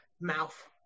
Mouth